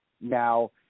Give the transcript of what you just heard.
Now